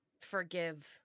forgive